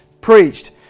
preached